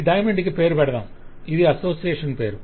ఈ డైమండ్ కి పేరు పెడతాము ఇది అసోసియేషన్ పేరు